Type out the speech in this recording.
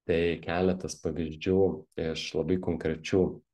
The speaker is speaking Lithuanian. tai keletas pavyzdžių iš labai konkrečių